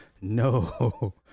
no